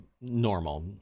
normal